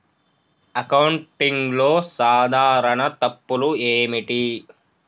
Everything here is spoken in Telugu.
అకౌంటింగ్లో సాధారణ తప్పులు ఏమిటి?